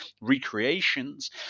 recreations